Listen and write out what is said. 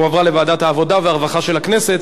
הועברה לוועדת העבודה והרווחה של הכנסת.